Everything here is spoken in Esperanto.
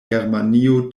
germanio